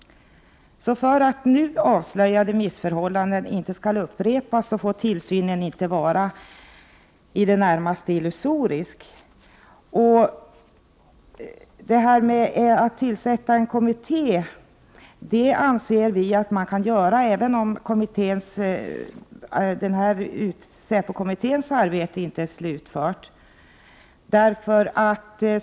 För att nu avslöjade missförhållanden inte skall upprepas får inte tillsynen, såsom nu är fallet, 121 vara i det närmaste illusorisk. Vi anser att man kan tillsätta en nämnd trots att säpokommitténs arbete inte är slutfört.